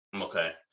Okay